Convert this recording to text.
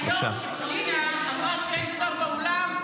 היום כשפנינה אמרה שאין שר באולם,